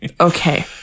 Okay